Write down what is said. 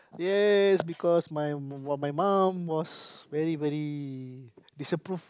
yes because my my my mum was very very disapprove